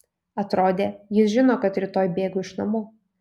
atrodė jis žino kad rytoj bėgu iš namų